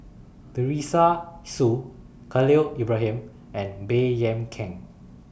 Teresa Hsu Khalil Ibrahim and Baey Yam Keng